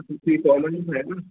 सुठी कॉलोनी बि आहे न